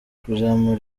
kuzamura